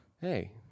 Hey